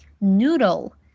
noodle